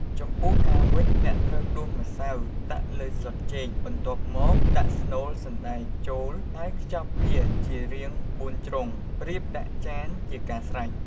ចំពោះការវេច អ្នកត្រូវដួសម្សៅដាក់លើស្លឹកចេក បន្ទាប់មកដាក់ស្នូលសណ្តែកចូល ហើយខ្ចប់វាជារាងបួនជ្រុង រៀបដាក់ចានជាការស្រេច។